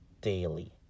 daily